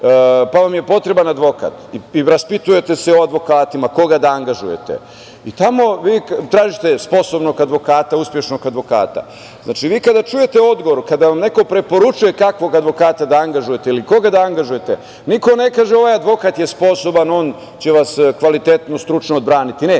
pa vam je potreban advokat i raspitujete se o advokatima, koga da angažujete i tamo vi tražite sposobnog advokata, uspešnog advokata, vi kada čujete odgovor, kada neko preporučuje kakvog advokata da angažujete ili koga da angažujete, niko ne kaže – ovaj advokat je sposoban, on će vas kvalitetno, stručno odbraniti. Ne,